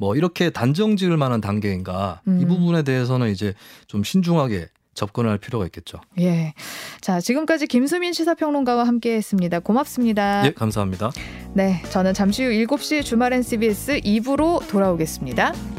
뭐 이렇게 단정지을 만한 단계인가, 이 음. 부분에 대해서는 이제 좀 신중하게 접근할 필요가 있겠죠. 예. 자, 지금까지 김수민 시사평론가와 함께했습니다. 고맙습니다. 예, 감사합니다. 네, 저는 잠시 후 7시 주말엔 CBS 이 부로 돌아오겠습니다.